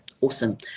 awesome